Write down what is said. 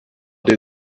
der